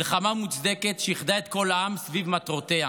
מלחמה מוצדקת שאיחדה את כל העם סביב מטרותיה.